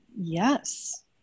yes